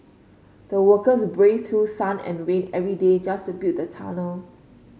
the workers braved through sun and rain every day just to build the tunnel